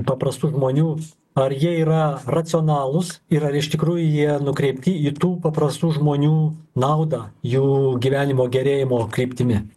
paprastų žmonių ar jie yra racionalūs ir ar iš tikrųjų jie nukreipti į tų paprastų žmonių naudą jų gyvenimo gerėjimo kryptimi